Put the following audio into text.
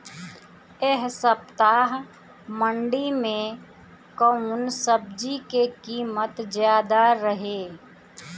एह सप्ताह मंडी में कउन सब्जी के कीमत ज्यादा रहे?